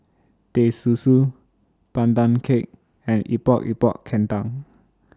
Teh Susu Pandan Cake and Epok Epok Kentang